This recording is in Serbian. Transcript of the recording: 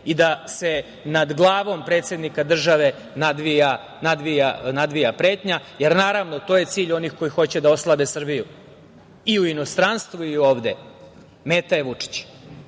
i da se nad glavom predsednika države nadvija pretnja, jer naravno, to je cilj onih koji hoće da oslabe Srbiju. I u inostranstvu i ovde meta je Vučić. Ja